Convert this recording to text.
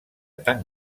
tan